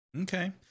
Okay